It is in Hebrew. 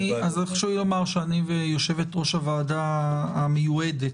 אני ויושבת-ראש הוועדה המיועדת,